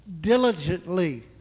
diligently